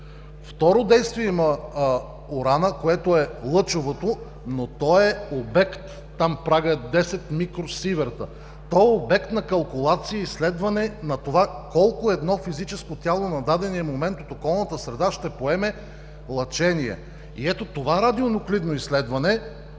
Второ действие има уранът, което е лъчевото, но то е обект, там правят 10 микросиверта, то е обект на калкулация и изследване на това колко едно физическо тяло на дадения момент от околната среда ще поеме лъчение. Ето това радионуклидно изследване се